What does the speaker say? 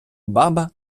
баба